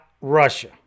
Russia